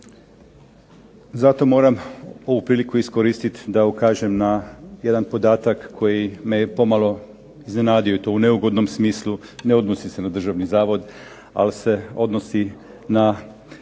Zato moram ovu priliku iskoristiti da ukažem na jedan podatak koji me je pomalo iznenadio i to u neugodnom smislu, ne odnosi se na Državni zavod, ali se odnosi na